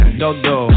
dodo